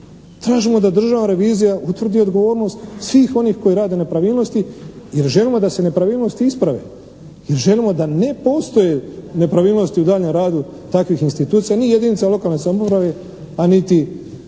Tražimo da Državna revizija utvrdi odgovornost svih onih koji rade nepravilnosti jer želimo da se nepravilnosti isprave. Jer želimo da ne postoje nepravilnosti u daljnjem radu takvih institucija ni jedinica lokalne samouprave, a niti